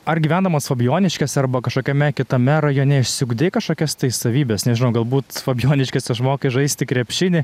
ar gyvendamas fabijoniškėse arba kažkokiame kitame rajone išsiugdei kažkokias tai savybes nežinau galbūt fabijoniškėse išmokai žaisti krepšinį